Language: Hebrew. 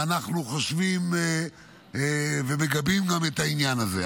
ואנחנו חושבים ומגבים גם את העניין הזה.